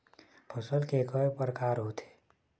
फसल के कय प्रकार होथे?